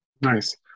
Nice